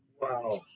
Wow